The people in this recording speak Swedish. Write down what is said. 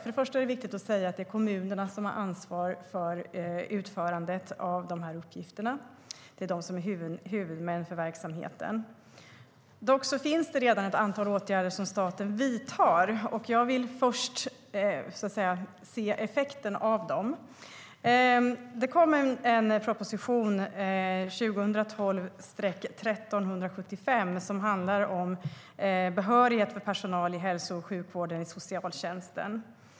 Först och främst är det viktigt att säga att det är kommunerna som har ansvar för utförandet av dessa uppgifter. De är huvudmän för verksamheten. Men det finns redan ett antal åtgärder som staten vidtar. Jag vill först se effekten av dem. Proposition 2012/13:175 handlar om behörighet för personal i hälso och sjukvården och i socialtjänsten.